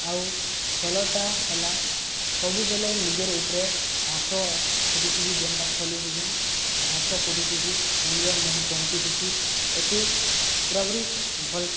ଆଉ ଖେଲଟା ହେଲା ସବୁବେଲେ ନିଜର ଉପରେ ହସ ଫୁଟିଥିସି ଯେନ୍ଟା ଖେଲୁଥିସୁଁ ହସ ଫୁଟିଥିସି ନିଜର ମୁଁହ ଚମକିଥିସି ଏତେ ପୂୁରାପୁରି ଭଲ